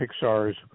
Pixar's